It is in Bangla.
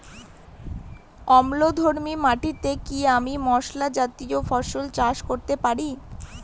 অম্লধর্মী মাটিতে কি আমি মশলা জাতীয় ফসল চাষ করতে পারি?